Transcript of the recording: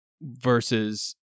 versus